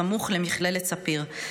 סמוך למכללת ספיר.